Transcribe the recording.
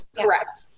Correct